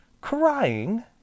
Crying